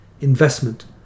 investment